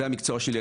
זה המקצוע שלי,